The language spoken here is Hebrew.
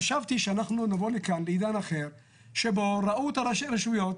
חשבתי שאנחנו נבוא לכאן לעידן אחר שבו ראו את ראשי הרשויות.